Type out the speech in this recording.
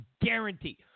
Guarantee